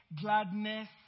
gladness